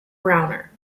browner